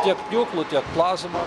tiek pjūklu tiek plazma